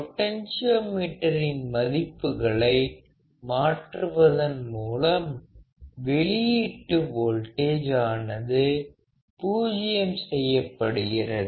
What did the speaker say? பொடன்சியோமீட்டரின் மதிப்புகளை மாற்றுவதன் மூலம் வெளியீட்டு வோல்டேஜ் ஆனது பூஜ்ஜியம் செய்யப்படுகிறது